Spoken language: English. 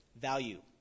value